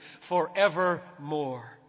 forevermore